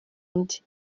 undi